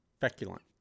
Feculent